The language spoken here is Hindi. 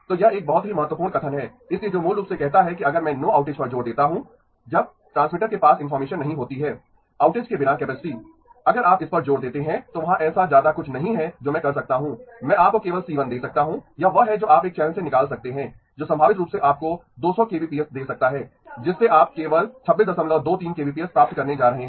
तो यह एक बहुत ही महत्वपूर्ण कथन है इसलिए जो मूल रूप से कहता है कि अगर मैं नो आउटेज पर जोर देता हूं जब ट्रांसमीटर के पास इनफार्मेशन नहीं होती है आउटेज के बिना कैपेसिटी अगर आप इस पर जोर देते हैं तो वहाँ ऐसा ज्यादा कुछ नहीं है जो मैं कर सकता हूं मैं आपको केवल C1 दे सकता हूं यह वह है जो आप एक चैनल से निकाल सकते हैं जो संभावित रूप से आपको 200 kbps दे सकता है जिससे आप केवल 2623 kbps प्राप्त करने जा रहे हैं